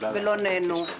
ולא נענו.